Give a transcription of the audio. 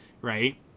Right